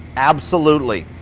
absolutely